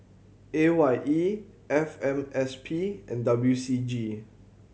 A Y E F M S P and W C G